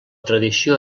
tradició